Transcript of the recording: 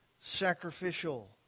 sacrificial